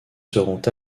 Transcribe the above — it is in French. seront